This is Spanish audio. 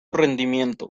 rendimiento